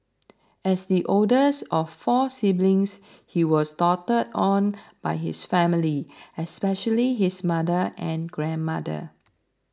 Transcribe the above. as the oldest of four siblings he was doted on by his family especially his mother and grandmother